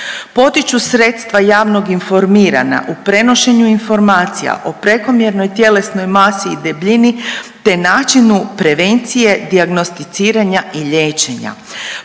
potiču sredstva javnog informiranja u prenošenju informacija o prekomjernoj tjelesnoj masi i debljini, te načinu prevencije dijagnosticiranja i liječenja,